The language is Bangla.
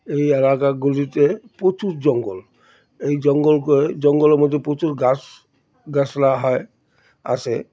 এই এলাকাগুলিতে প্রচুর জঙ্গল এই জঙ্গলকে জঙ্গলের মধ্যে প্রচুর গাছ গাছলা হয় আছে